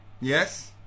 Yes